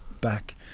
back